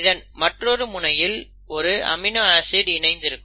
இதன் மற்றொரு முனையில் ஒரு அமினோ ஆசிட் இணைந்து இருக்கும்